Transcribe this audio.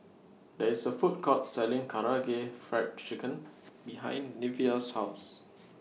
There IS A Food Court Selling Karaage Fried Chicken behind Neveah's House